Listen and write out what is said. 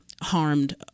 harmed